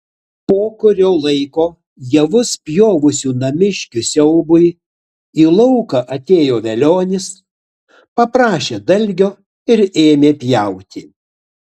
po kurio laiko javus pjovusių namiškių siaubui į lauką atėjo velionis paprašė dalgio ir ėmė pjauti